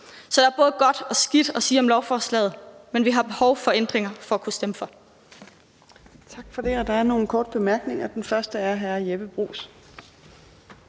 Så der er både godt og skidt at sige om lovforslaget, men vi har behov for ændringer for at kunne stemme for.